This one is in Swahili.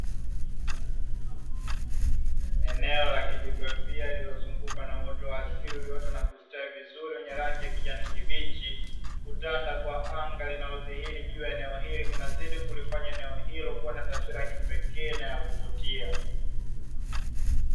Eneo la kijiografia lililozungukwa na uoto wa asili ulioota na kustawi vizuri, wenye rangi ya kijani kibichi, kutanda kwa anga linalodhihiri juu ya eneo hili, kunazidi kulifanya eneo hilo kuwa na taswira ya kipekee na ya kuvutia.